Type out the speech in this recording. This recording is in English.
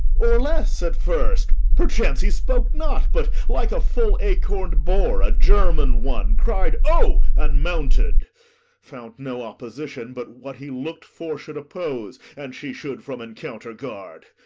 or less at first? perchance he spoke not, but, like a full-acorn'd boar, a german one, cried o! and mounted found no opposition but what he look'd for should oppose and she should from encounter guard.